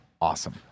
awesome